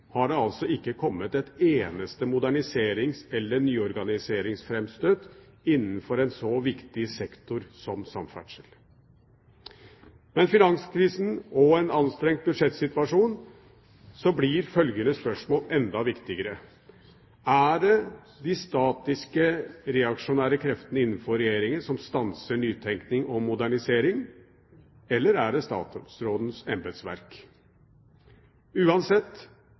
har det altså ikke kommet et eneste moderniserings- eller nyorganiseringsframstøt innenfor en så viktig sektor som samferdsel. Med finanskrisen og en anstrengt budsjettsituasjon blir følgende spørsmål enda viktigere: Er det de statiske, reaksjonære kreftene innenfor Regjeringen som stanser nytenkning og modernisering, eller er det statsrådens embetsverk? Uansett: